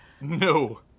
No